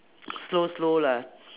slow slow lah